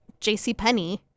JCPenney